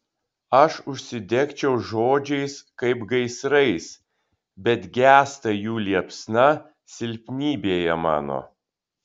aš užsidegčiau žodžiais kaip gaisrais bet gęsta jų liepsna silpnybėje mano